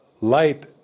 light